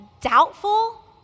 doubtful